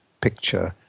picture